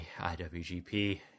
IWGP